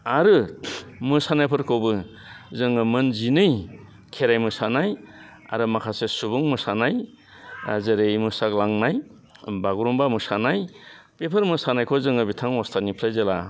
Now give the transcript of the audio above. आरो मोसानायफोरखौबो जोङो मोनजिनै खेराइ मोसानाय आरो माखासे सुबुं मोसानाय जेरै मोसाग्लांनाय बागुरुम्बा मोसानाय बेफोर मोसानायखौ जोङो बिथां अस्थादनिफ्राय जेला